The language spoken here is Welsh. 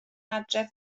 adref